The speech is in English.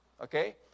Okay